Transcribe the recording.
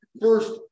First